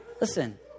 Listen